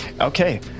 Okay